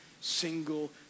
single